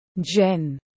Jen